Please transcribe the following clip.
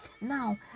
now